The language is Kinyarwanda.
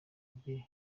bye